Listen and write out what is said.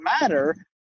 matter